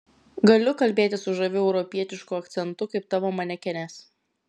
galiu kalbėti su žaviu europietišku akcentu kaip tavo manekenės